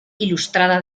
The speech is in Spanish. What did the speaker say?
ilustrada